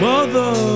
Mother